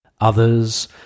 Others